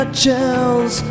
chills